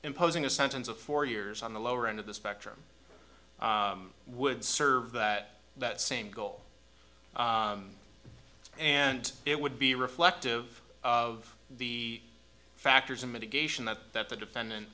imposing a sentence of four years on the lower end of the spectrum would serve that that same goal and it would be reflective of the factors in mitigation that that the defendant